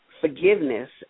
forgiveness